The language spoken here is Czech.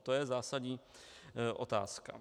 To je zásadní otázka.